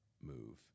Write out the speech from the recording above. move